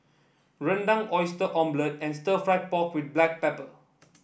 Rendang Oyster Omelette and stir fry pork with Black Pepper